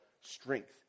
strength